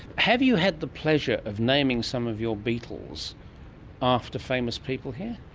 have you had the pleasure of naming some of your beetles after famous people here?